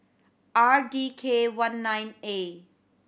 R D K one nine A